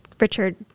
Richard